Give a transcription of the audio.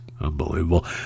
unbelievable